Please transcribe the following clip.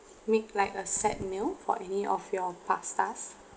make like a set meal for any of your pastas